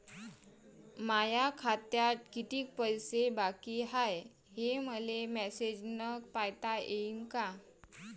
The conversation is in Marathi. माया खात्यात कितीक पैसे बाकी हाय, हे मले मॅसेजन पायता येईन का?